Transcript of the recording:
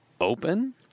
open